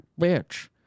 bitch